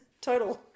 Total